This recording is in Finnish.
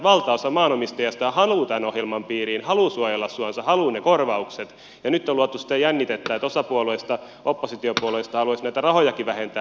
valtaosa maanomistajista haluaa tämän ohjelman piiriin haluaa suojella suonsa haluaa ne korvaukset ja nyt on luotu sitä jännitettä että osa puolueista oppositiopuolueista haluaisi näitä rahojakin vähentää